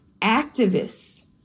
activists